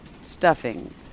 stuffing